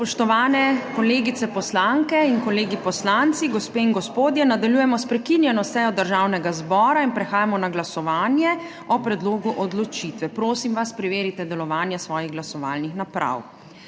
Spoštovani kolegice poslanke in kolegi poslanci, gospe in gospodje, nadaljujemo s prekinjeno sejo Državnega zbora in prehajamo na glasovanje o predlogu odločitve. Prosim vas, preverite delovanje svojih glasovalnih naprav.